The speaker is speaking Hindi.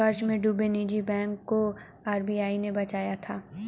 कर्ज में डूबे निजी बैंक को आर.बी.आई ने बचाया था